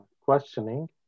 questioning